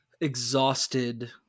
exhausted